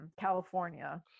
California